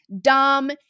dumb